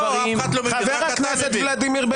חבר הכנסת ולדימיר בליאק.